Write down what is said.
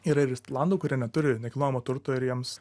yra ir islandų kurie neturi nekilnojamo turto ir jiems